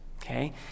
Okay